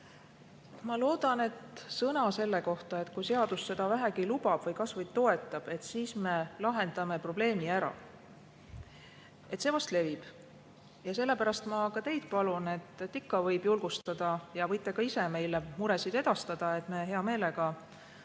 Ma loodan, et sõna selle kohta, et kui seadus vähegi lubab või kas või toetab, siis me lahendame probleemi ära, vast levib. Sellepärast ma palun ka teid, et ikka võib julgustada, ja võite ka ise meile muresid edastada, me hea meelega